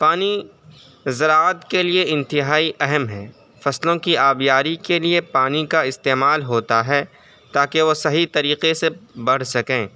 پانی زراعت کے لیے انتہائی اہم ہے فصلوں کی آبیاری کے لیے پانی کا استعمال ہوتا ہے تاکہ وہ صحیح طریقے سے بڑھ سکیں